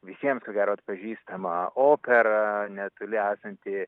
visiems ko gero atpažįstamą operą netoli esantį